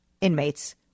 inmates